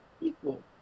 Equal